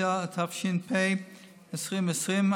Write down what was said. התש"ף 2020,